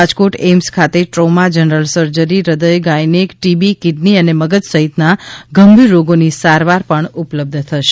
રાજકોટ એઇમ્સ ખાતે trauma general surgery હૃદય gynaec TB kidney અને મગજ સહિતના ગંભીર રોગની સારવારા પણ ઉપલબ્ધ થશે